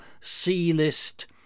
C-list